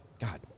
God